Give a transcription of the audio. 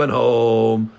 home